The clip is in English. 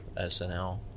SNL